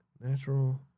natural